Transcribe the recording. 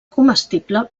comestible